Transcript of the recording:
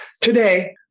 Today